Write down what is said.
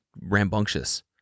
rambunctious